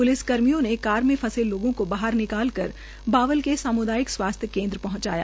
police कर्मियों ने car में फंसे लोगों को बाहर निकालकर बावल के सामुदायिक स्वास्थ्य केन्द्र पहंचाया